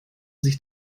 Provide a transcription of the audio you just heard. sich